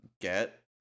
get